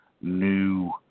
new